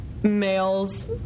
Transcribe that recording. males